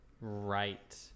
Right